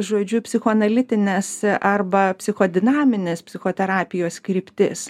žodžiu psichoanalitines arba psichodinamines psichoterapijos kryptis